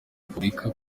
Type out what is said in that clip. republika